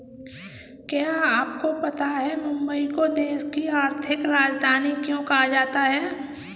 क्या आपको पता है मुंबई को देश की आर्थिक राजधानी क्यों कहा जाता है?